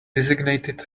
designated